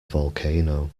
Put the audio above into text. volcano